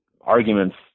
arguments